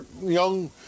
young